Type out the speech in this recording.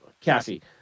Cassie